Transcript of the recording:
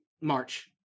March